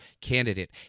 candidate